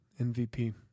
MVP